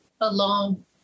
Alone